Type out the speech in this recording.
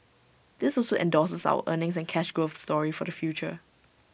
this also endorses our earnings and cash growth story for the future